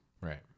Right